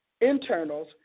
Internals